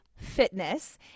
fitness